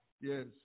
yes